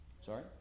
Sorry